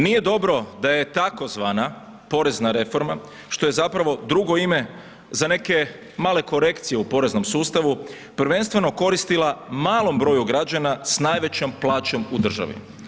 Nije dobro da je tzv. porezna reforma, što je zapravo drugo ime za neke male korekcije u poreznom sustavu, prvenstveno koristila malom broju građana s najvećom plaćom u državi.